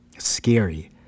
scary